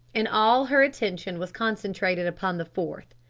and all her attention was concentrated upon the fourth.